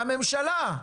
הממשלה.